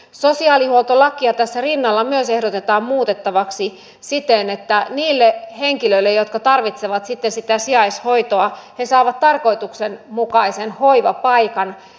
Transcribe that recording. sosiaalihuoltolakia tässä rinnalla myös ehdotetaan muutettavaksi siten että ne henkilöt jotka tarvitsevat sijaishoitoa saavat tarkoituksenmukaisen hoivapaikan